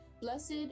blessed